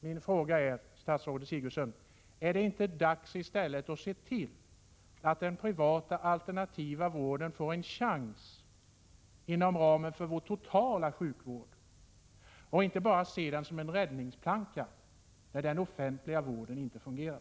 Min fråga till statsrådet Sigurdsen blir: Är det inte dags att i stället se till att den privata alternativa vården får en chans inom ramen för vår totala sjukvård i stället för att bara se denna som en räddningsplanka när den offentliga vården inte fungerar?